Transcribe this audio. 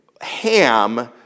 ham